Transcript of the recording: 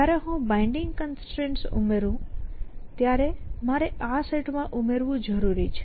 જ્યારે હું binding constraints ઉમેરું ત્યારે મારે આ સેટ માં ઉમેરવું જરૂરી છે